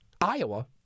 Iowa